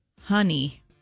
Honey